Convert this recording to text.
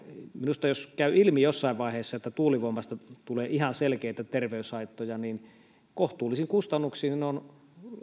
minusta jos käy ilmi jossain vaiheessa että tuulivoimasta tulee ihan selkeitä terveyshaittoja niin kohtuullisin kustannuksin